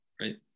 right